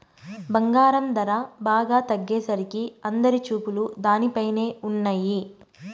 బంగారం ధర బాగా తగ్గేసరికి అందరి చూపులు దానిపైనే ఉన్నయ్యి